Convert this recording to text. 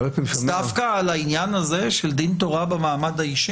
דווקא על העניין הזה של דין תורה במעמד האישי?